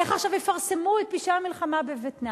איך עכשיו יפרסמו את פשעי המלחמה בווייטנאם?